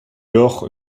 lors